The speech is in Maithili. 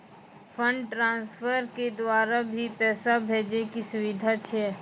फंड ट्रांसफर के द्वारा भी पैसा भेजै के सुविधा छै?